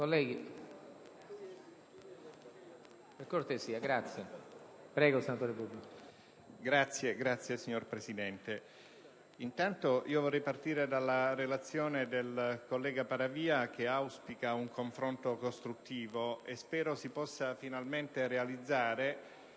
*(PD)*. Signor Presidente, innanzitutto vorrei partire dalla relazione del collega Paravia che auspica un confronto costruttivo che spero si possa finalmente realizzare